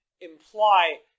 imply